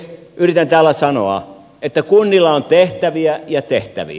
yritän tällä sanoa että kunnilla on tehtäviä ja tehtäviä